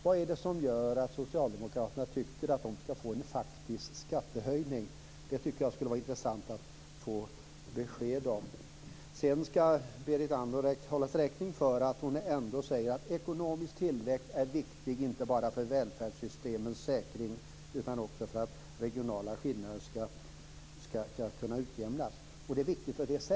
Vad är det som gör att socialdemokraterna tycker att dessa skall få en faktisk skattehöjning? Det tycker jag skulle vara intressant att få besked om. Sedan skall Berit Andnor hållas räkning för att hon ändå säger att ekonomisk tillväxt är viktigt inte bara för välfärdssystemens säkring utan också för att regionala skillnader skall kunna utjämnas. Det är viktigt att det sägs.